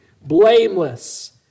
blameless